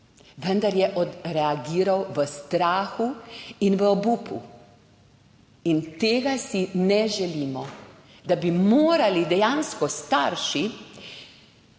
vendar je odreagiral v strahu in v obupu. In tega si ne želimo, da bi morali dejansko starši